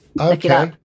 okay